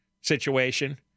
situation